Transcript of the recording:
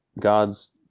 God's